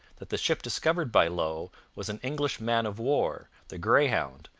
that the ship discovered by low was an english man-of-war, the greyhound,